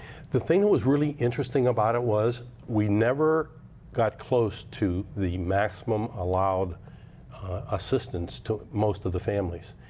the thing that was really interesting about it was we never got close to the maximum allowed assistance to most of the families.